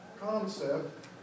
concept